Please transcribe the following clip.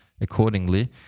accordingly